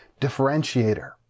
Differentiator